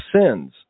sins